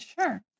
Sure